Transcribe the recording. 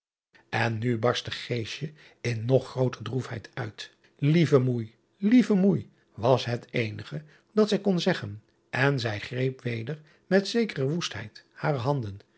n nu barstte in nog grooter droefheid uit ieve moei lieve moei was het eenige dat zij kon zeggen en zij greep weder met zekere woestheid hare handen